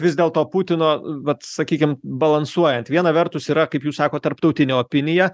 vis dėl to putino vat sakykim balansuojant viena vertus yra kaip jūs sakot tarptautinę opiniją